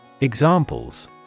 Examples